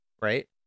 Right